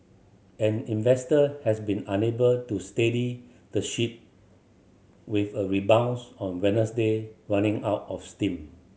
and investor has been unable to steady the ship with a rebounds on Wednesday running out of steam